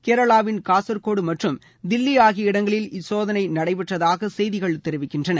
கேரளாவில் காசர்கோடு மற்றும் தில்லி ஆகிய இடங்களில் இச்சோதனை நடைபெற்றதாக செய்திகள் தெரிவிக்கின்றன